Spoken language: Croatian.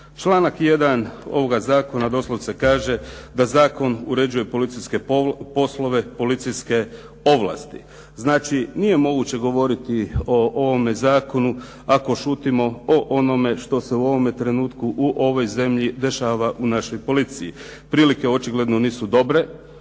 Članak 1. ovoga zakona doslovce kaže da zakon uređuje policijske poslove, policijske ovlasti. Znači, nije moguće govoriti o ovome zakonu ako šutimo o onome što se u ovome trenutku u ovoj zemlji dešava u našoj policiji. Prilike očigledno nisu dobre